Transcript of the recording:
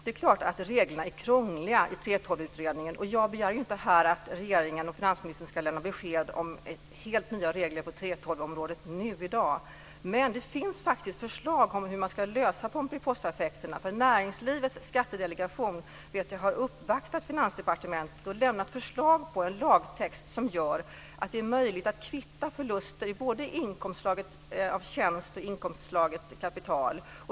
Det är klart att reglerna är krångliga i 3:12 utredningen. Jag begär inte att regeringen och finansministern ska lämna besked om helt nya regler på 3:12-området här och nu. Men det finns faktiskt förslag om hur man ska lösa pomperipossaeffekterna. Jag vet att näringslivets skattedelegation har uppvaktat Finansdepartementet och lämnat förslag på en lagtext som gör det möjligt att kvitta förluster både i inkomstslaget tjänst och i inkomstslaget kapital.